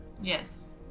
yes